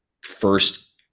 first